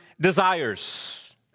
desires